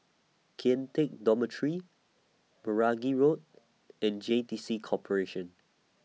Kian Teck Dormitory Meragi Road and J T C Corporation